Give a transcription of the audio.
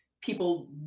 People